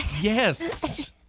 Yes